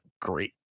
great